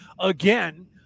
Again